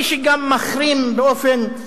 מי שגם מחרים באופן,